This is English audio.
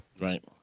Right